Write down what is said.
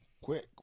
quick